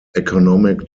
economic